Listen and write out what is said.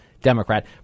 Democrat